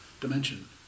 dimension